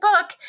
book